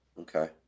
Okay